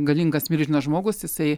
galingas milžinas žmogus jisai